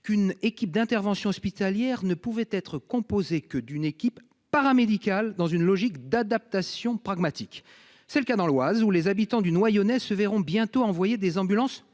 qu'« une équipe d'intervention hospitalière ne pouvait être composée que d'une équipe paramédicale dans une logique d'adaptation pragmatique ». C'est le cas dans l'Oise, où les habitants du Noyonnais se verront bientôt envoyer des ambulances